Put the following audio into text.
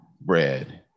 bread